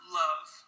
love